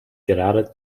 gerade